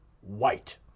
white